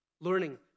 learning